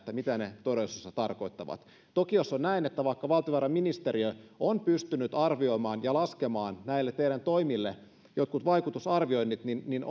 mitä ne todellisuudessa tarkoittavat toki jos on näin että vaikkapa valtiovarainministeriö on pystynyt arvioimaan ja laskemaan näille teidän toimillenne jotkut vaikutusarvioinnit niin niin